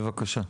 בבקשה.